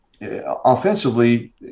offensively